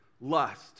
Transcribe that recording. lust